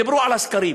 דיברו על הסקרים.